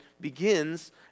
begins